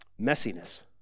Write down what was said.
Messiness